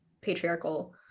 patriarchal